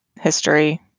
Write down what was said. history